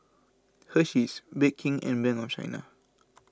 Hersheys Bake King and Bank of China